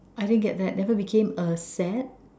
I didn't get that never became a sad